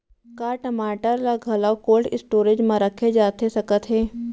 का टमाटर ला घलव कोल्ड स्टोरेज मा रखे जाथे सकत हे?